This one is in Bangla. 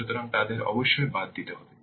সুতরাং তাদের অবশ্যই বাদ দিতে হবে